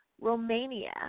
Romania